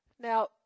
Now